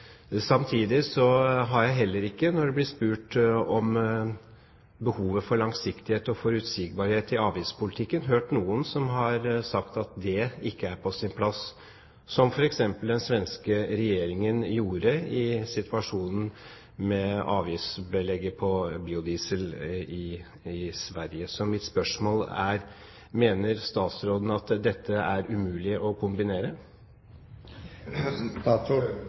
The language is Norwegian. Samtidig har jeg heller ikke, når det blir spurt om behovet for langsiktighet og forutsigbarhet i avgiftspolitikken, hørt noen som har sagt at det ikke er på sin plass, som f.eks. den svenske regjeringen gjorde i situasjonen med avgiftsbelegget på biodiesel i Sverige. Så mitt spørsmål er: Mener statsråden at dette er umulig å kombinere?